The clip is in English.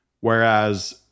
Whereas